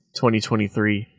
2023